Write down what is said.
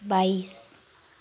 बाइस